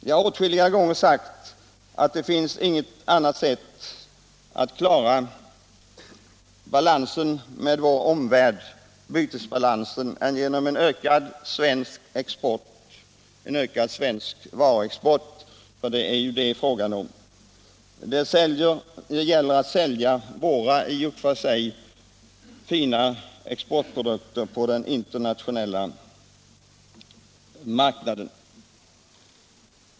Jag har åtskilliga gånger sagt att det finns inget annat sätt att klara bytesbalansen med vår omvärld än genom en ökad svensk varuexport. Det gäller att sälja våra i och för sig fina exportprodukter på den internationella marknaden.